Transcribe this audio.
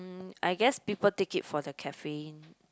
mm I guess people take it for the caffeine